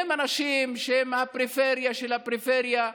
מהם אנשים שהם מהפריפריה של הפריפריה?